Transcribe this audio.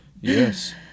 Yes